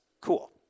cool